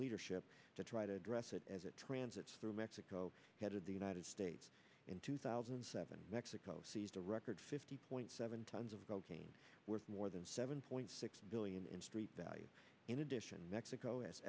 leadership to try to address it as a transit through mexico head of the united states in two thousand and seven mexico seized a record fifty point seven tons of cocaine worth more than seven point six billion in street value in addition mexico